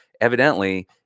evidently